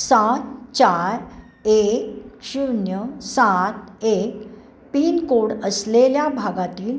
सात चार एक शून्य सात एक पिनकोड असलेल्या भागातील